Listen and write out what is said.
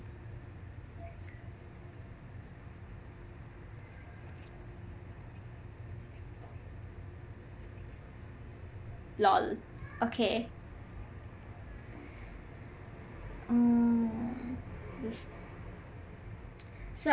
lol okay oh this